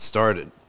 started